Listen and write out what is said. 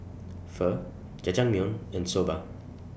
Pho Jajangmyeon and Soba